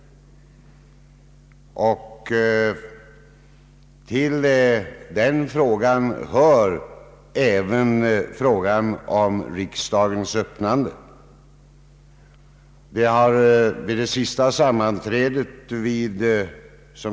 Till den frågan hör även frågan om riksdagens öppnande.